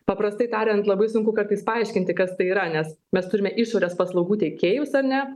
paprastai tariant labai sunku kartais paaiškinti kas tai yra nes mes turime išorės paslaugų teikėjus ar ne